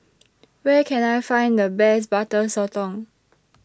Where Can I Find The Best Butter Sotong